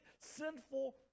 sinful